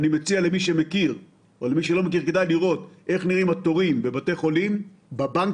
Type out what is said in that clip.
אני מציע לכם לראות איך נראים התורים בבתי החולים ובבנקים.